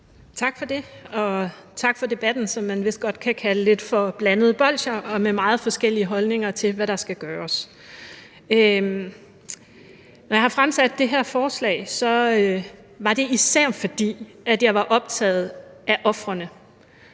Tak for det, og tak for debatten, som man vist godt kan kalde lidt for blandede bolsjer og med meget forskellige holdninger til, hvad der skal gøres. Når jeg fremsatte det her forslag, var det især, fordi jeg var optaget af ofrene